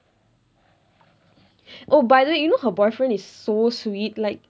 oh by the way you know her boyfriend is so sweet like